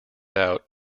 out